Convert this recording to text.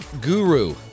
guru